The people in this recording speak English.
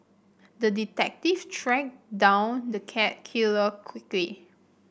the detective tracked down the cat killer quickly